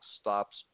stops